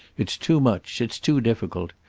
it's too much, it's too difficult.